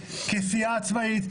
כסיעה עצמאית,